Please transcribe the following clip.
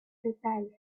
surprise